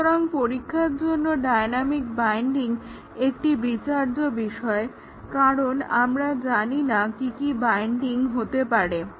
সুতরাং পরীক্ষার জন্য ডায়নামিক বাইন্ডিং একটি বিচার্য বিষয় কারণ আমরা জানি না কি কি বাইন্ডিং হতে পারে